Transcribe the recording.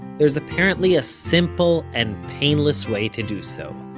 there's apparently a simple and painless way to do so.